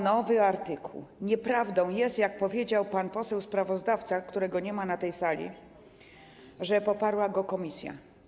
Nieprawdą jest, jak powiedział pan poseł sprawozdawca, którego nie ma na tej sali, że poparła go komisja.